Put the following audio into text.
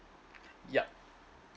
yup